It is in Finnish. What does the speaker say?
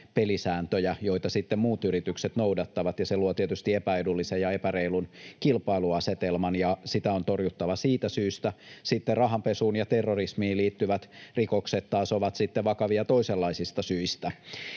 pelisääntöjä, joita sitten muut yritykset noudattavat. Se luo tietysti epäedullisen ja epäreilun kilpailuasetelman, ja sitä on torjuttava siitä syystä. Sitten rahanpesuun ja terrorismiin liittyvät rikokset taas ovat vakavia toisenlaisista syistä.